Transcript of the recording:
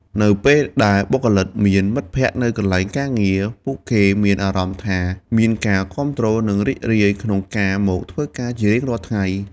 នៅពេលដែលបុគ្គលិកមានមិត្តភក្តិនៅកន្លែងការងារ ពួកគេមានអារម្មណ៍ថាមានការគាំទ្រ និងរីករាយក្នុងការមកធ្វើការជារៀងរាល់ថ្ងៃ។